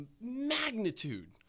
magnitude